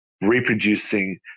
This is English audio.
reproducing